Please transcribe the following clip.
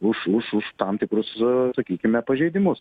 už už už tam tikrus sakykime pažeidimus